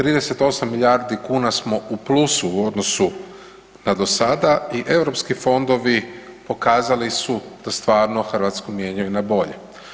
38 milijardi kuna smo u plusu u odnosu na do sada i EU fondovi pokazali su da stvarno Hrvatsku mijenjaju na bolje.